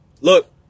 look